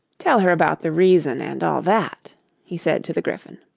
tell her about the reason and all that he said to the gryphon.